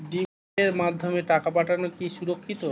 ভিম পের মাধ্যমে টাকা পাঠানো কি সুরক্ষিত?